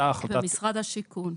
ומשרד השיכון.